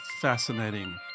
fascinating